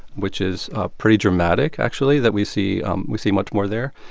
which is ah pretty dramatic, actually, that we see um we see much more there.